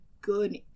good